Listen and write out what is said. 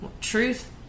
truth